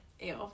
Ew